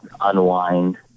unwind